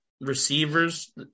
receivers